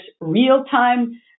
real-time